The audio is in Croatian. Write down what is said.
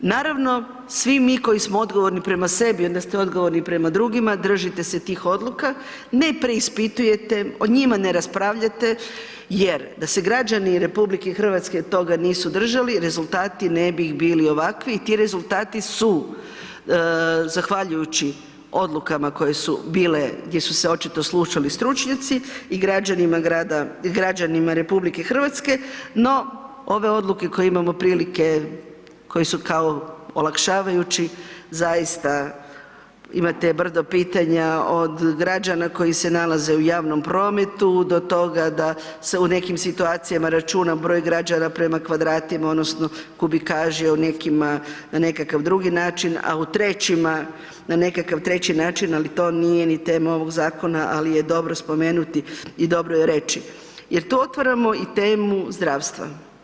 Naravno, svi mi koji smo odgovorni prema sebi onda ste odgovorni i prema drugima, držite se tih odluka, ne preispitujete, o njima ne raspravljate jer da se građani RH toga nisu držali, rezultati ne bi bili ovakvi i ti rezultati su zahvaljujući odlukama koje su bile gdje su se očito slušali stručnjaci i građanima RH no ove odluke koje imamo prilike, koje su kao olakšavajući zaista imate brdo pitanja od građana koji se nalaze u javnom prometu do toga da se u nekim situacijama računa broj građana prema kvadratima odnosno kubikaži o nekima na nekakav drugi način a u nekima na nekakav treći način ali to nije ni tema ovog zakona, ali je dobro spomenuti i dobro je reći jer tu otvaramo i temu zdravstva.